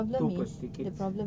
two per tickets